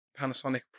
Panasonic